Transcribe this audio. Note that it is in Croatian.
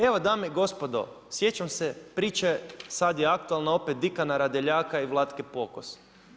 Evo, dame i gospodo, sjećam se priče, sada je aktualno opet Dikana Radeljaka i Vlatke Pokos.